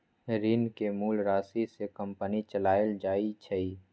ऋण के मूल राशि से कंपनी चलाएल जाई छई